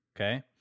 okay